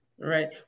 Right